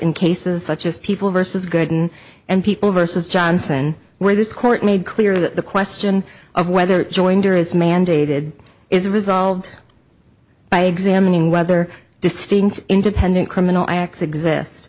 in cases such as people vs gooden and people versus johnson where this court made clear that the question of whether joinder is mandated is resolved by examining whether distinct independent criminal acts exist